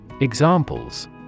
Examples